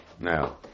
Now